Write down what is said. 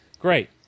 Great